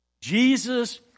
Jesus